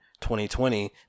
2020